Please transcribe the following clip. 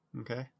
okay